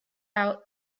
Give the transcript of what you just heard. out